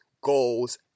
goals